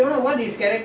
orh